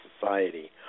society